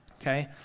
Okay